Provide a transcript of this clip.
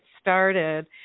started